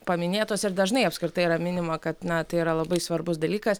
paminėtos ir dažnai apskritai yra minima kad na tai yra labai svarbus dalykas